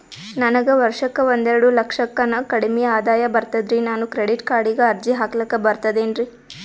ನನಗ ವರ್ಷಕ್ಕ ಒಂದೆರಡು ಲಕ್ಷಕ್ಕನ ಕಡಿಮಿ ಆದಾಯ ಬರ್ತದ್ರಿ ನಾನು ಕ್ರೆಡಿಟ್ ಕಾರ್ಡೀಗ ಅರ್ಜಿ ಹಾಕ್ಲಕ ಬರ್ತದೇನ್ರಿ?